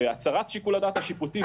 הצרת שיקול הדעת השיפוטי,